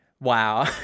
Wow